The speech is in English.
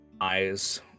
eyes